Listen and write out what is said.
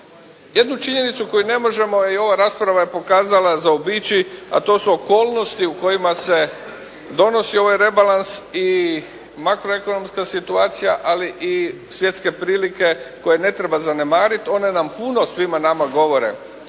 Jednu činjenicu koju ne možemo i ova rasprava je pokazala zaobići, a to su okolnosti u kojima se donosi ovaj rebalans i makroekonomska situacija ali i svjetske prilike koje ne treba zanemariti. One nam puno svima nama govore.